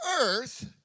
earth